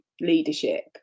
leadership